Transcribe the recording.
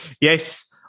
yes